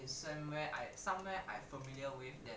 in somewhere I somewhere I familiar with than like